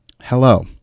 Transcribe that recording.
Hello